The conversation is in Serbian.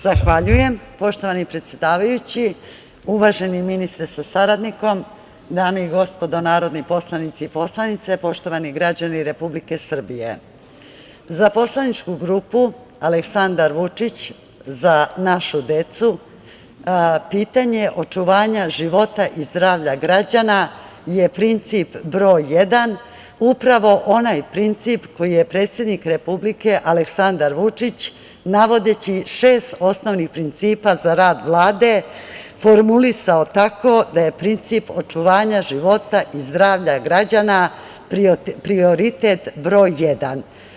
Zahvaljujem, poštovani predsedavajući, uvaženi ministre, sa saradnikom, dame i gospodo narodni poslanici i poslanice, poštovani građani Republike Srbije, za poslaničku grupu Aleksandar Vučić – Za našu decu, pitanje očuvanja života i zdravlja građana, je princip broj jedan, upravo onaj princip koji je predsednik republike Aleksandar Vučić, navodeći šest osnovnih principa za rad Vlade, formulisao tako da je princip očuvanja života i zdravlja građana prioritet broj jedan.